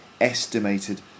estimated